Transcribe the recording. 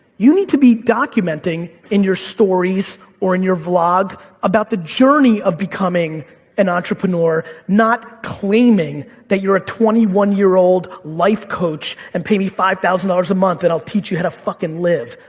you need to be documenting in your stories or in your vlog about the journey of becoming an entrepreneur, not claiming that you're a twenty one year old life coach, and pay me five thousand dollars a month and i'll teach you how to fucking live,